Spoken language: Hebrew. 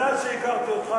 מאז שהכרתי אותך,